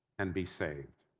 and be saved.